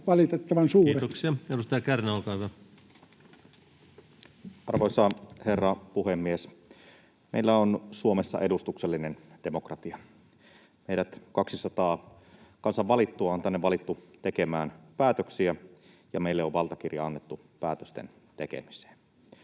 valitettavan suuria. Kiitoksia. — Edustaja Kärnä, olkaa hyvä. Arvoisa herra puhemies! Meillä on Suomessa edustuksellinen demokratia. Meidät 200 kansan valittua on tänne valittu tekemään päätöksiä, ja meille on valtakirja annettu päätösten tekemiseen.